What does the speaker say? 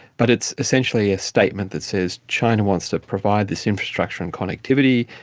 but it's essentially a statement that says china wants to provide this infrastructure and connectivity,